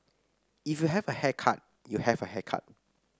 if you have a haircut you have a haircut